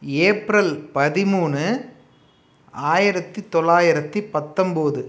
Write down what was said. April பதிமூணு ஆயிரத்தி தொள்ளாயிரத்தி பத்தொம்பது